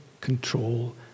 control